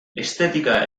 estetika